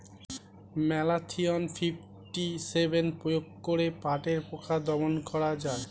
Malathion fifty seven প্রয়োগ করে পাটের পোকা দমন করা যায়?